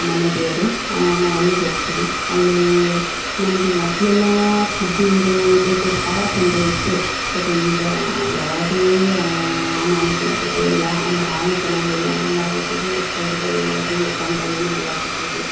ಮನೆ ದೇವರು ನಾವು ಅಲ್ಲಿಗೆ ಹೋಗ್ತೀವಿ ಅಲ್ಲಿ ನಮಗೆ ಮೊದ್ಲು ಎಲ್ಲ ಫುಡ್ಡಿಂದು ಇದರದ್ದು ಭಾಳ ತೊಂದರೆ ಇತ್ತು ಬಟ್ ಈಗ ಯಾವುದೇ ಅನನುಕೂಲತೆಗಳ್ ಇಲ್ಲ ಭಾಳ ಚೆನ್ನಾಗಿ ಎಲ್ಲ ಎಲ್ಲ ಊಟದ ವ್ಯವಸ್ಥೆ ಇರ್ಬೋದು ಎಲ್ಲ ದೇವಸ್ಥಾನ್ದಲ್ಲೇ ಎಲ್ಲ ಸಿಗ್ತೈತಿ